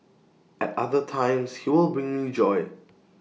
at other times he will bring me joy